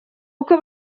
uko